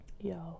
yo